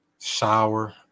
Shower